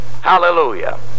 Hallelujah